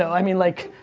i mean like,